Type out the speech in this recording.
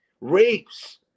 rapes